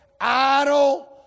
idle